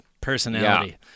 personality